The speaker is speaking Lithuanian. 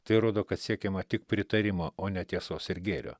tai rodo kad siekiama tik pritarimo o ne tiesos ir gėrio